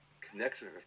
connection